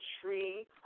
tree